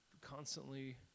constantly